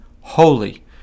holy